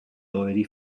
already